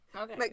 Okay